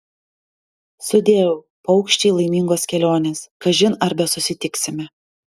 sudieu paukščiai laimingos kelionės kažin ar besusitiksime